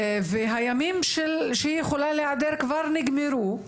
הימים שהיא יכולה להיעדר כבר נגמרו,